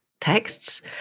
texts